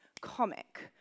comic